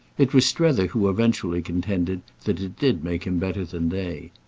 it was strether who eventually contended that it did make him better than they.